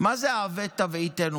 מה זה "העבט תעביטנו"?